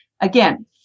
Again